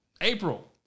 April